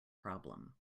problem